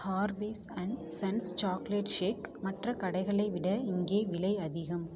Harveys and sons chocolate shake மற்ற கடைகளை விட இங்கே விலை அதிகம்